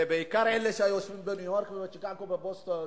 ובעיקר אלה שיושבים בניו-יורק ובשיקגו ובוסטון,